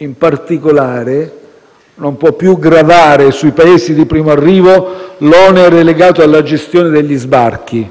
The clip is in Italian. In particolare, non può più gravare sui Paesi di primo arrivo l'onere legato alla gestione degli sbarchi